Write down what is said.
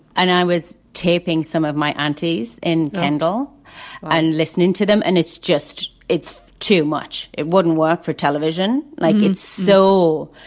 and i was taping some of my anti's and kendel and listening to them. and it's just it's too much. it wouldn't work for television like it. so,